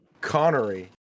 Connery